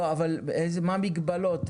לא, אבל מה המגבלות?